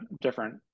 different